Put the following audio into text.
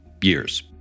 years